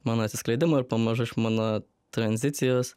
mano atsiskleidimo ir pamažu iš mano tranzicijos